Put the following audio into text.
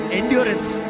endurance